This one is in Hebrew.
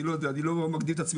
אני לא יודע אני לא מגדיר את עצמי